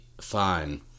fine